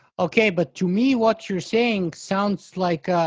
okay, but, to me, what you're saying sounds like,